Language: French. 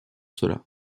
cela